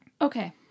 Okay